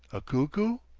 a cuckoo?